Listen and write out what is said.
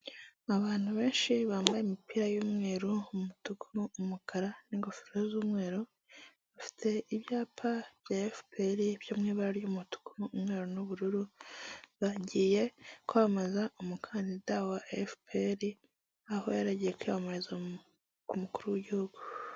Abantu benshi bambaye imipira y'umweru, umutuku, umukara n'ingofero z'umweru bafite ibyapa bya Efuperi byo mu ibara ry'umutu, kumweru, n'ubururu bagiye kwamamaza umukandida wa Efuperi aho yari yagiye kwiyamamariza ku mukuru w'igihugu.